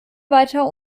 weiter